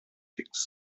things